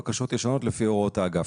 בקשות ישנות לפי הוראות האגף,